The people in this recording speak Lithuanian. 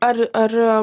ar ar